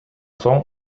соң